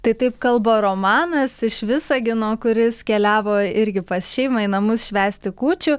tai taip kalba romanas iš visagino kuris keliavo irgi pas šeimą į namus švęsti kūčių